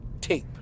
tape